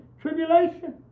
tribulation